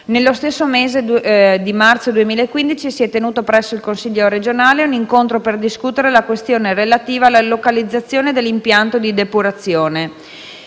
Nello stesso mese di marzo 2015 si è tenuto, presso il Consiglio regionale, un incontro per discutere la questione relativa alla localizzazione dell'impianto di depurazione.